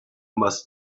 must